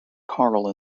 carl